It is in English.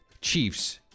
Chiefs